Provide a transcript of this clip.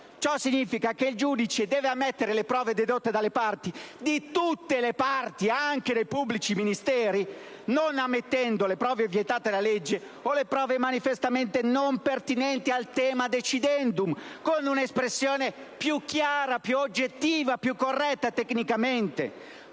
Ciò significa che il giudice deve ammettere le prove dedotte dalle parti (da tutte le parti, anche dai pubblici ministeri), non ammettendo le prove vietate dalla legge o le prove manifestamente non pertinenti al *thema decidendum*, con espressione più chiara più oggettiva e più corretta tecnicamente